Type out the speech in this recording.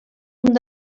àrab